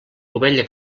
ovella